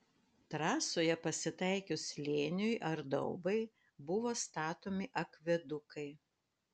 trasoje pasitaikius slėniui ar daubai buvo statomi akvedukai